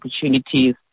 opportunities